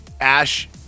Ash